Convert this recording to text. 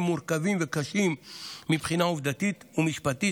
מורכבים וקשים מבחינה עובדתית ומשפטית,